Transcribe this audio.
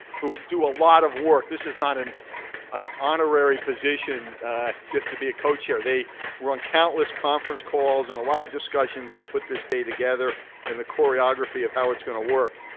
who do a lot of work. this is not an an honorary position just to be a co-chair. they were on countless conference calls and a lot of discussions to put this day together and the choreography of how it's going to work.